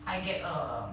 I get a